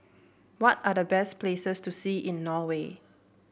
what are the best places to see in Norway